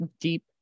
deep